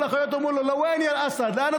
כל החיות אמרו לו (אומר בערבית: לאן,